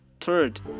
Third